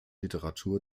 literatur